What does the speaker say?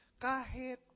Kahit